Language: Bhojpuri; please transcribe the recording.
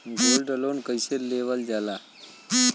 गोल्ड लोन कईसे लेवल जा ला?